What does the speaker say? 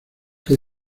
que